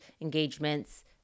engagements